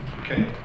Okay